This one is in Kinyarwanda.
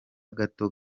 gato